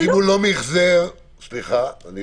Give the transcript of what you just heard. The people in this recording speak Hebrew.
זה